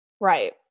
Right